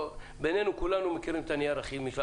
בינינו, כולנו מכירים את הנייר הכימי.